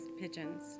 pigeons